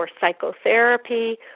psychotherapy